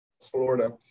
Florida